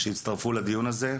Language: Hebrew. שהצטרפו לדיון הזה,